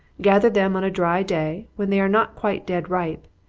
gather them on a dry day, when they are not quite dead ripe,